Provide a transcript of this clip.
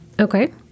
Okay